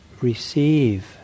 receive